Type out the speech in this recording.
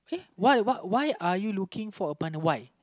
uh why what why are you looking for a partner why